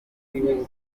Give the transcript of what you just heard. muri